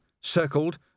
circled